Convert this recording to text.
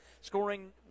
Scoring